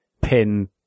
pin